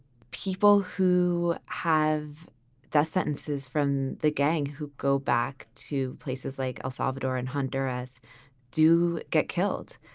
people who have death sentences from the gang who go back to places like el salvador and honduras do get killed.